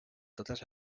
totes